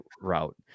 route